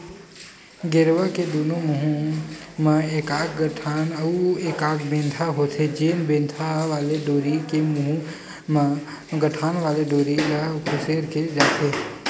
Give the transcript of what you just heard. गेरवा के दूनों मुहूँ म एकाक गठान अउ एकाक बेंधा होथे, जेन बेंधा वाले डोरी के मुहूँ म गठान वाले डोरी ल खुसेर दे जाथे